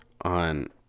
on